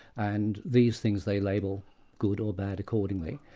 and these things they label good or bad accordingly,